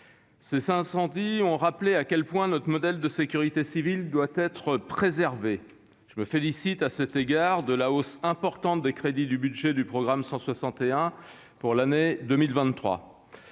Ces incendies ont rappelé à quel point notre modèle de sécurité civile doit être préservé. Je me félicite à cet égard de la hausse importante des crédits du budget du programme 161 pour l'année 2023.